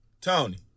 Tony